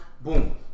Boom